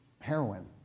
heroin